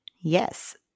Yes